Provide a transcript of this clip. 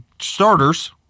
starters